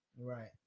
Right